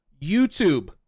YouTube